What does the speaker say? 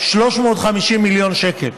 350 מיליון שקל.